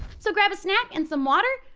so grab a snack and some water,